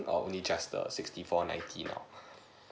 or only just the sixty four ninety loh